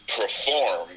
perform